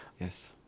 Yes